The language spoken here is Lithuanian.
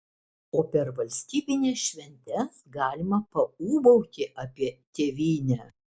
o per valstybines šventes galima paūbauti apie tėvynę